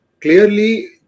Clearly